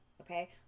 okay